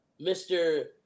Mr